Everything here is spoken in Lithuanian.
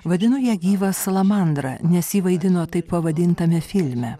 vadinu ją gyva salamandra nes ji vaidino taip pavadintame filme